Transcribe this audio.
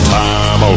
time